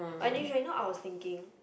oh initially you know I was thinking